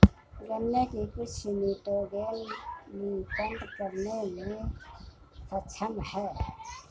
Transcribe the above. गन्ने की कुछ निटोगेन नियतन करने में सक्षम है